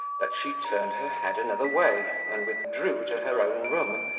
that she turned her head another way, and withdrew to her own room,